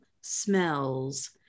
smells